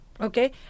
okay